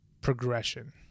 progression